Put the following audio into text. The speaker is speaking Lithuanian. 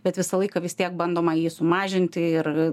bet visą laiką vis tiek bandoma jį sumažinti ir